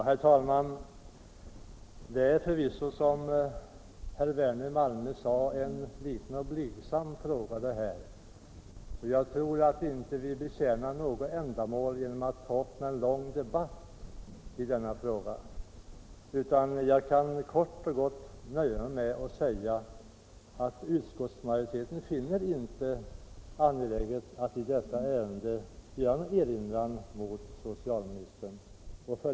Herr talman! Det här är förvisso, som herr Werner i Malmö sade, en liten och blygsam fråga. Jag tror inte att det tjänar något vettigt ändamål att ta upp en lång debatt, utan jag kan nöja mig med att kort och gott säga att utskottsmajoriteten inte finner det angeläget att i detta ärende göra någon erinran mot socialministern.